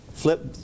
flip